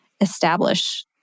establish